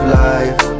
life